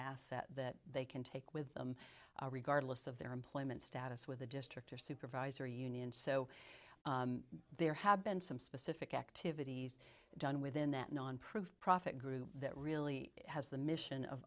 asset that they can take with them regardless of their employment status with the district or supervisor union so there have been some specific activities done within that non proof profit group that really has the mission of